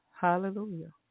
hallelujah